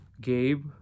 Gabe